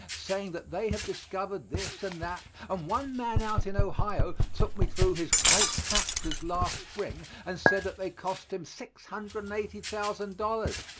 saying that they have discovered this and that, and one man out in ohio took me through his great factories last spring, and said that they cost him six hundred and eighty thousand dollars,